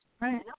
Right